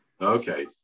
Okay